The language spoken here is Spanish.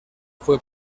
fue